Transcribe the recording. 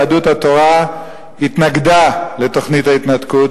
יהדות התורה התנגדה לתוכנית ההתנתקות,